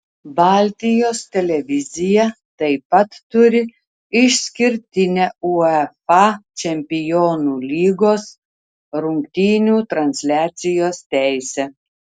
baltijos televizija taip pat turi išskirtinę uefa čempionų lygos rungtynių transliacijos teisę